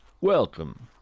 Welcome